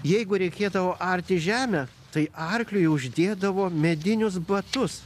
jeigu reikėdavo arti žemę tai arkliui uždėdavo medinius batus